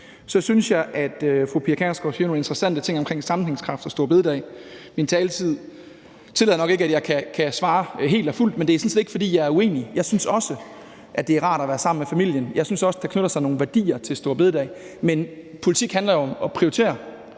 Så synes jeg, at fru Pia Kjærsgaard siger nogle interessante ting omkring sammenhængskraft og store bededag. Min taletid tillader nok ikke, at jeg kan svare helt og fuldt på det, men det er sådan set ikke, fordi jeg er uenig. Jeg synes også, at det er rart at være sammen med familien, og jeg synes også, at der knytter sig nogle værdier til store bededag. Men politik handler jo om at prioritere,